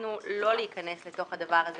החלטנו לא להיכנס לתוך הדבר הזה